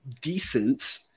decent